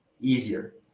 easier